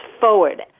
forward